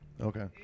Okay